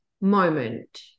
moment